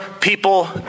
people